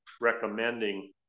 recommending